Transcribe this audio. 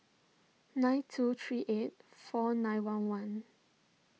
nine two three eight four nine one one